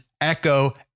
Echo